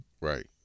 Right